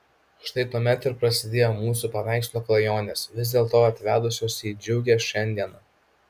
štai tuomet ir prasidėjo mūsų paveikslo klajonės vis dėlto atvedusios į džiugią šiandieną